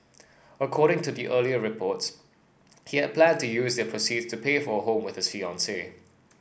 according to the earlier reports he had planned to use the proceeds to pay for a home with his fiancee